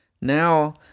Now